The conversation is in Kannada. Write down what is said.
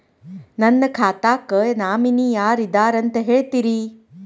ನನ್ನ ಖಾತಾಕ್ಕ ನಾಮಿನಿ ಯಾರ ಇದಾರಂತ ಹೇಳತಿರಿ?